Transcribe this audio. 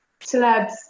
celebs